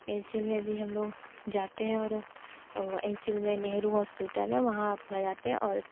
N C L में भी हम लोग जाते हैं और एन सी एल में नेहरू हॉस्पिटल है वहाँ अपना जाते हैं और